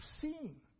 seeing